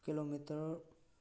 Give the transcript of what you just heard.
kilometer